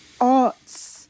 arts